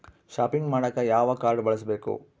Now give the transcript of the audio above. Shopping ಮಾಡಾಕ ಯಾವ card ಬಳಸಬೇಕು?